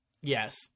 Yes